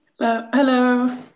Hello